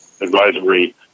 Advisory